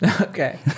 Okay